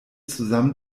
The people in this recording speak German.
zusammen